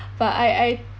but I I